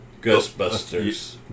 Ghostbusters